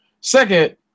Second